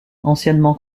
anciennement